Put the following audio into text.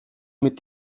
mit